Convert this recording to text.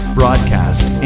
broadcast